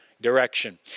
direction